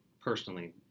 personally